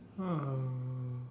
uh